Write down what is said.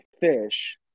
fish